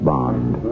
Bond